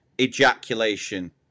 ejaculation